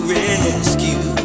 rescue